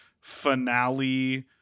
finale